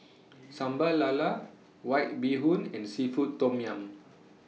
Sambal Lala White Bee Hoon and Seafood Tom Yum